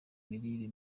mirire